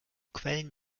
quellen